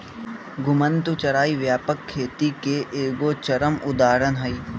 घुमंतू चराई व्यापक खेती के एगो चरम उदाहरण हइ